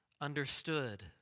understood